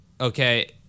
okay